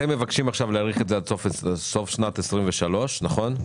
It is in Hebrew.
אתם מבקשים להאריך את זה עד סוף שנת 2023, נכון?